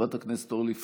חברת הכנסת אורלי פרומן,